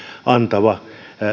antava